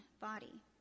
body